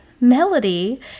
Melody